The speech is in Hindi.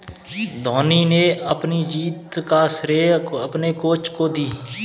धोनी ने अपनी जीत का श्रेय अपने कोच को दी